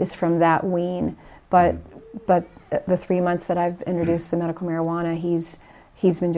is from that we but but the three months that i've introduced the medical marijuana he's he's been